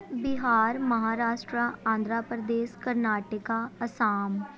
Bihar Maharashtra Andhra Pradesh Karnataka Assam